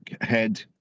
head